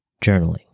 journaling